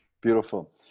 beautiful